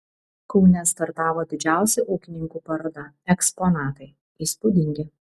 kaune startavo didžiausia ūkininkų paroda eksponatai įspūdingi